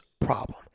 problem